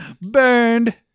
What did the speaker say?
Burned